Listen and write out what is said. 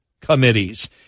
committees